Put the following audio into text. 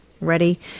ready